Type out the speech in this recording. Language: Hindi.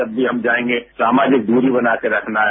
जब भी हम जायेंगे सामाजिक दूरी बनाकर रखना है